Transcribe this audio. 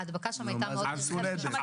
הדבקה מסיבית.